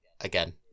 again